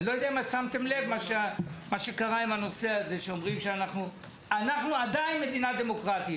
אני לא יודע אם שמתם לב שקרה עם הנושא זה אנחנו עדיין מדינה דמוקרטית.